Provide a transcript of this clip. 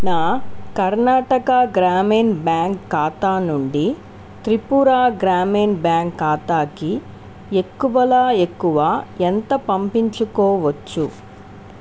నా కర్ణాటక గ్రామీణ్ బ్యాంక్ ఖాతా నుండి త్రిపుర గ్రామీణ్ బ్యాంక్ ఖాతాకి ఎక్కువలా ఎక్కువ ఎంత పంపించుకోవచ్చు